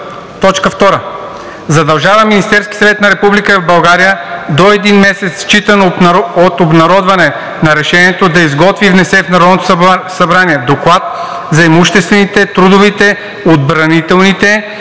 път. 2. Задължава Министерския съвет на Република България до един месец считано от обнародване на Решението да изготви и внесе в Народното събрание доклад за имуществените, трудовите, отбранителните и